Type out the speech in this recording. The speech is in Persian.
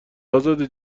ازاده